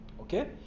okay